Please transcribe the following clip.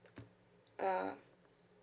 uh